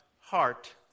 heart